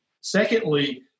Secondly